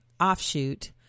offshoot